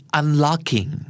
unlocking